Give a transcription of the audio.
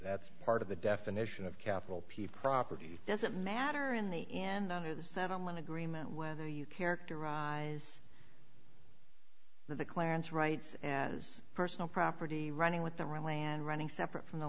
that's part of the definition of capital p property doesn't matter in the end under the settlement agreement whether you characterize the clarence rights as a personal property running with the land running separate from the